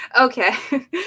Okay